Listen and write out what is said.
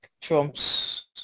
trumps